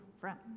friend